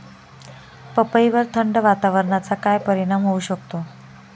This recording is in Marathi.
पपईवर थंड वातावरणाचा काय परिणाम होऊ शकतो?